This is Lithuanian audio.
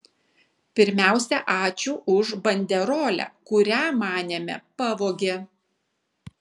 pirmiausia ačiū už banderolę kurią manėme pavogė